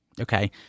okay